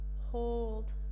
hold